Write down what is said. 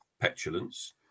petulance